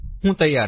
હું તૈયાર છું